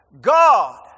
God